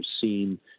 seen